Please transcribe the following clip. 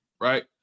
right